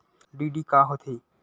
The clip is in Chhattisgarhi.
डी.डी का होथे?